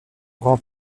grand